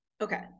Okay